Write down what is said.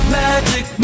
magic